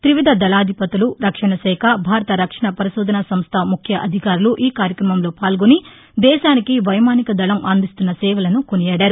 తివిధ దకాధిపతులు రక్షణ శాఖ భారత రక్షణ పరిశోధన సంస్ట ముఖ్య అధికారులు ఈ కార్యక్రమంలో పాల్గొని దేశానికి వైమానిక దళం అందిస్తున్న సేవలను కొనియాడారు